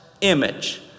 image